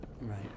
right